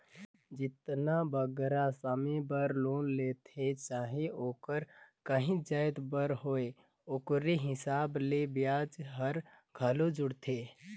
जेतना बगरा समे बर लोन लेथें चाहे ओहर काहींच जाएत बर होए ओकरे हिसाब ले बियाज हर घलो जुड़थे